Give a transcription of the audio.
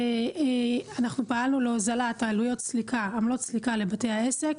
אנחנו פעלנו להוזלת עלויות עמלות הסליקה לבתי העסק